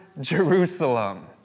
Jerusalem